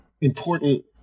important